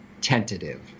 tentative